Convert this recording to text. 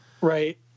right